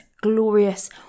glorious